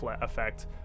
effect